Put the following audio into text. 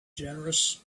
generous